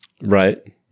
Right